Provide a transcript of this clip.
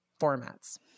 formats